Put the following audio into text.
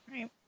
Right